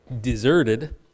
deserted